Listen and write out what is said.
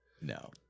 No